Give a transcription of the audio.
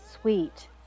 sweet